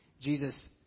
Jesus